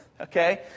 Okay